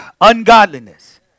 ungodliness